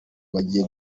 abagiye